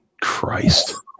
Christ